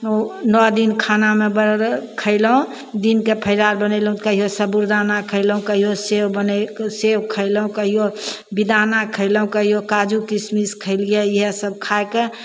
ओ नओ दिन खानामे बड़ खएलहुँ दिनके फलाहार बनेलहुँ तऽ कहिओ साबूदाना खएलहुँ कहिओ सेब बनै सेब खएलहुँ कहिओ बेदाना खएलहुँ कहिओ काजू किसमिश खेलिए इएहसब खाके